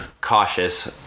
cautious